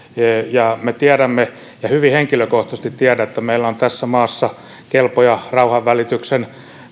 me tiedämme ja hyvin henkilökohtaisesti tiedän että meillä on tässä maassa kelpoja rauhanvälityksen